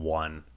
one